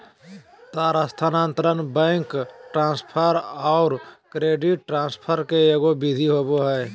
तार स्थानांतरण, bank transfer औरो क्रेडिट ट्रांसफ़र के एगो विधि होबो हइ